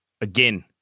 Again